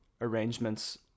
arrangements